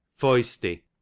Foisty